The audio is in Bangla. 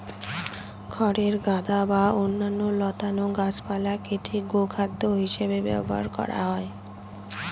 খড়ের গাদা বা অন্যান্য লতানো গাছপালা কেটে গোখাদ্য হিসাবে ব্যবহার করা হয়